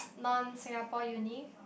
non Singapore uni